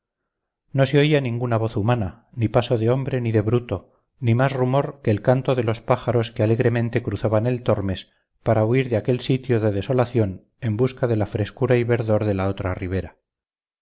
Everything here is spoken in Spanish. no se oía ninguna voz humana ni paso de hombre ni de bruto ni más rumor que el canto de los pájaros que alegremente cruzaban el tormes para huir de aquel sitio de desolación en busca de la frescura y verdor de la otra ribera